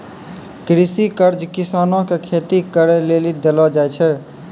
कृषि कर्ज किसानो के खेती करे लेली देलो जाय छै